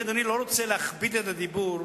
אני לא רוצה להכביד בדיבור,